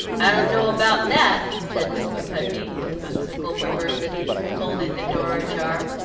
i don't know about that, said mr. putney, with whimsical perversity, holding the door ajar.